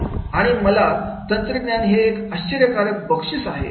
आणि मला तंत्रज्ञान हे एक आश्चर्यकारक बक्षीस आहे